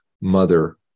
mother